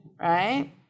right